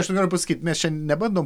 aš nenoriu pasakyt mes čia nebandom